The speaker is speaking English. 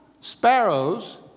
sparrows